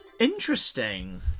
Interesting